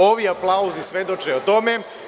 Ovi aplauzi svedoče o tome.